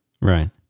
right